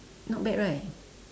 not bad right